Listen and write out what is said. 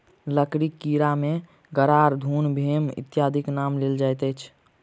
लकड़ीक कीड़ा मे गरार, घुन, भेम इत्यादिक नाम लेल जाइत अछि